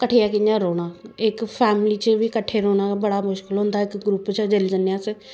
कट्ठे कियां रौह्ना इक फैमली च बी कट्ठे रौह्ना बड़ा मुश्कल होंदा ऐ इक ग्रुप च जिसलै जन्ने अस